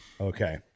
Okay